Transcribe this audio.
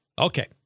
Okay